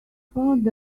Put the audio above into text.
found